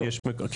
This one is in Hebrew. כן.